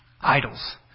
idols